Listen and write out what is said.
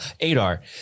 Adar